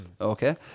okay